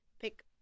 pick